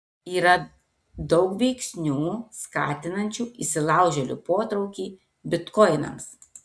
yra daug veiksnių skatinančių įsilaužėlių potraukį bitkoinams